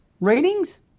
Ratings